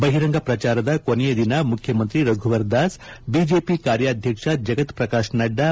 ಬಹಿರಂಗ ಪ್ರಚಾರದ ಕೊನೆಯ ದಿನ ಮುಖ್ಯಮಂತ್ರಿ ರಘುವರ್ ದಾಸ್ ಬಿಜೆಪಿ ಕಾರ್ಹಾಧ್ವಕ್ಷ ಜಗತ್ ಪ್ರಕಾಶ್ ನಡ್ಡಾ